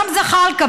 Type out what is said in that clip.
גם זחאלקה,